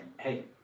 Hey